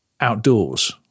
outdoors